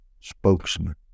spokesman